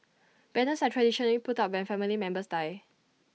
banners are traditionally put up when family members die